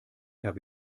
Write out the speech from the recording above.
habe